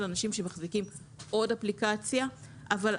אנשים שמחזיקים עוד אפליקציה אבל עדין,